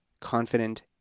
confident